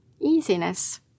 Easiness